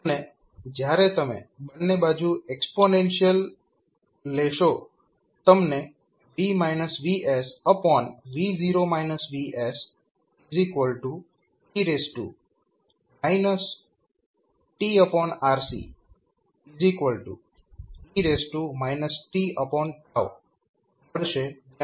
અને જયારે તમે બંને બાજુ એક્સ્પોનેન્શિયલ લેશો તમને v VSV0 VSe tRCe t RC મળશે